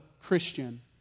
Christian